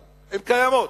הן קיימות,